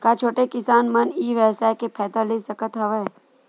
का छोटे किसान मन ई व्यवसाय के फ़ायदा ले सकत हवय?